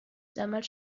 damals